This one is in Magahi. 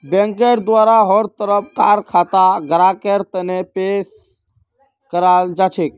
बैंकेर द्वारा हर तरह कार खाता ग्राहकेर तने पेश कराल जाछेक